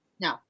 No